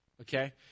okay